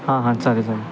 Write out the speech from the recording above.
हां हां चालेल चालेल